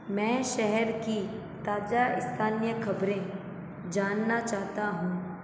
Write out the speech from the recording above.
मैं शहर की ताजा स्थानीय खबरें जानना चाहता हूँ